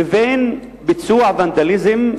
לבין ביצוע ונדליזם,